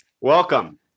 Welcome